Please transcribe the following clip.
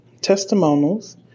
testimonials